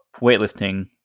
weightlifting